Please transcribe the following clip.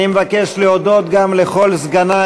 אני מבקש להודות גם לכל סגני,